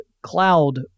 cloud